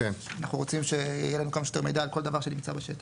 אנחנו רוצים שיהיה להם כמה שיותר מידע על כל דבר שנמצא בשטח.